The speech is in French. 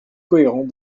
cohérent